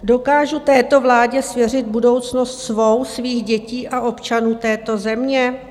Dokážu této vládě svěřit budoucnost svou, svých dětí a občanů této země?